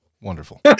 wonderful